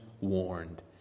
warned